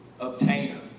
obtainer